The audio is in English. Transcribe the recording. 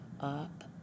up